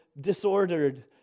disordered